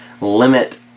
Limit